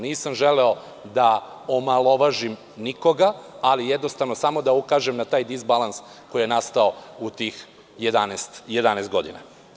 Nisam želeo da omalovažim nikoga, ali samo da ukažem na taj disbalans koji je nastao u tih 11 godina.